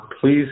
please